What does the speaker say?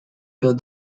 build